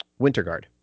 Winterguard